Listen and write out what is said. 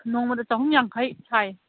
ꯅꯣꯡꯃꯗ ꯆꯍꯨꯝ ꯌꯥꯡꯈꯩ ꯁꯥꯏꯌꯦ